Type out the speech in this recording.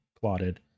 plotted